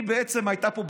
היא בעצם הייתה פה,